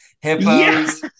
Hippos